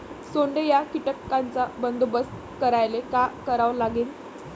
सोंडे या कीटकांचा बंदोबस्त करायले का करावं लागीन?